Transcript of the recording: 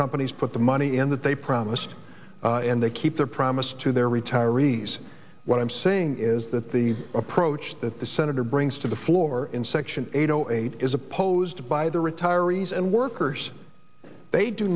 companies put the money in that they promised and they keep their promise to their retirees what i'm saying is that the approach that the senator brings to the floor in section eight zero eight is opposed by the retirees and workers they do